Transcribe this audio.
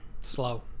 slow